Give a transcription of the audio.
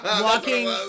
Walking